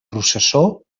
processó